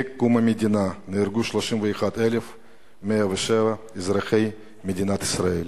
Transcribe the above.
מקום המדינה נהרגו 31,107 אזרחי מדינת ישראל.